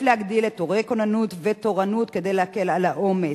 יש להגדיל את תורי הכוננות והתורנות כדי להקל על העומס.